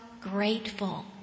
grateful